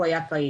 הוא היה פעיל.